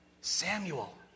Samuel